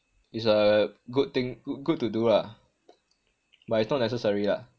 is a good thing good to do lah but it's not neccessary lah